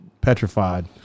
petrified